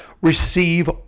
receive